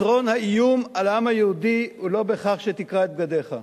פתרון האיום על העם היהודי הוא לא בכך שתקרע את בגדך.